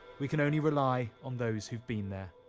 we can only rely on those who've been there.